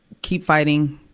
keep fighting.